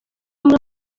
umwe